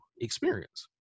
experience